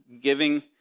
giving